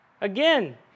Again